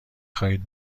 خواهید